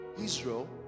Israel